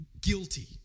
guilty